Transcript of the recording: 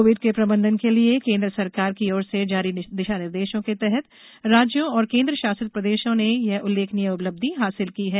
Covid के प्रबंधन के लिए केन्द्र सरकार की ओर से जारी दिशा निर्देशों के तहत राज्यों और केन्द्रशासित प्रदेशों ने यह उल्लेखनीय उपलब्धि हासिल की है